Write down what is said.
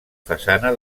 façana